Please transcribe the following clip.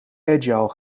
agile